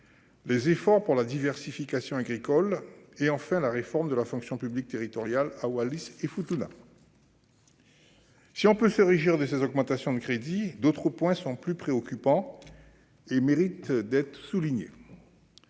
en matière de diversification agricole et, enfin, la réforme de la fonction publique territoriale dans les îles Wallis et Futuna. Si l'on peut se réjouir de ces augmentations de crédits, d'autres points plus préoccupants méritent d'être soulignés.